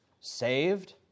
saved